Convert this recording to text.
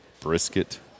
Brisket